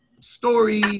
story